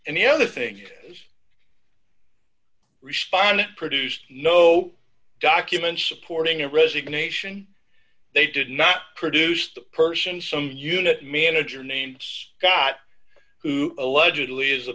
and the other thing is respond produced no documents supporting a resignation they did not produce the person some unit manager names got who allegedly is